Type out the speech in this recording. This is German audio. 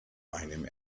meinem